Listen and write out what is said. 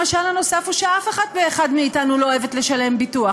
המשל הנוסף הוא שאף אחד ואחת מאיתנו לא אוהבת לשלם ביטוח,